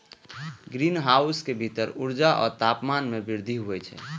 greenhouse के भीतर ऊर्जा आ तापमान मे वृद्धि होइ छै